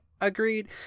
agreed